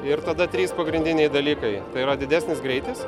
ir tada trys pagrindiniai dalykai yra didesnis greitis